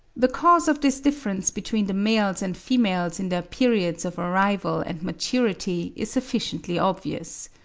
the cause of this difference between the males and females in their periods of arrival and maturity is sufficiently obvious.